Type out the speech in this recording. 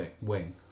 wing